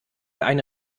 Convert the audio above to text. eine